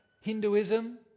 Hinduism